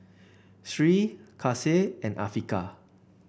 Sri Kasih and Afiqah